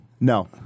No